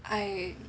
I